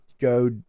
go